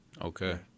okay